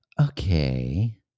Okay